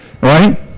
right